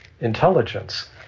intelligence